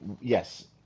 yes